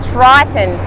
Triton